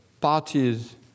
parties